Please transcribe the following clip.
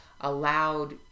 allowed